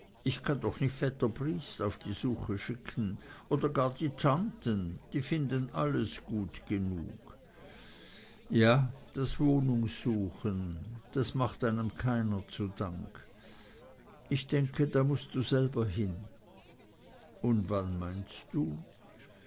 ich kann doch nicht vetter briest auf die suche schicken oder gar die tanten die finden alles gut genug ja das wohnungssuchen das macht einem keiner zu dank ich denke da mußt du selber hin und wann meinst du